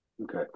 Okay